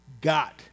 got